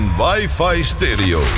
wifi-stereo